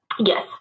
Yes